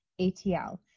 ATL